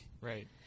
Right